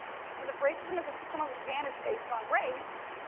she says, if racism is a system of advantage based on race,